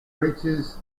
reaches